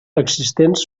existents